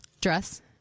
Dress